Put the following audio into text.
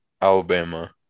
Alabama